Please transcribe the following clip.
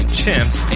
chimps